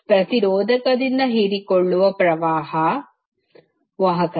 ಪ್ರತಿರೋಧಕದಿಂದ ಹೀರಿಕೊಳ್ಳುವ ಪ್ರವಾಹ ವಾಹಕತೆ ಮತ್ತು ಶಕ್ತಿಯನ್ನು ಲೆಕ್ಕಹಾಕಿ